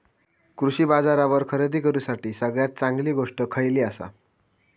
कृषी बाजारावर खरेदी करूसाठी सगळ्यात चांगली गोष्ट खैयली आसा?